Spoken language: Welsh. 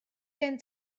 gen